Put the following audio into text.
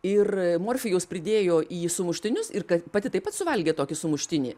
ir morfijaus pridėjo į sumuštinius ir ka pati taip pat suvalgė tokį sumuštinį